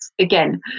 again